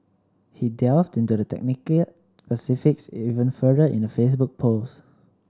he delved into the technical specifics even further in a Facebook post